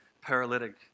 paralytic